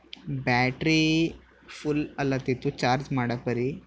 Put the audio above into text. battery full ಅಲಾಗ್ತಿತ್ತು charge ಮಾಡಕ್ಕೆ ಬರಿ